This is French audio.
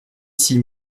six